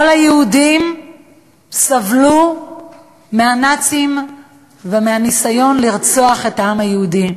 כל היהודים סבלו מהנאצים ומהניסיון לרצוח את העם היהודי.